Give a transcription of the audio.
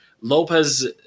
Lopez